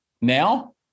now